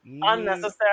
unnecessary